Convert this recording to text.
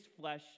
flesh